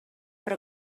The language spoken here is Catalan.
però